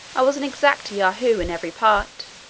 i was an exact yahoo in every part,